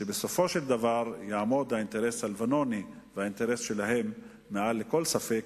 ובסופו של דבר יעמוד האינטרס הלבנוני והאינטרס שלהם מעל לכל ספק,